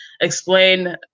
explain